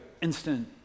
instant